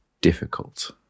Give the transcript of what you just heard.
difficult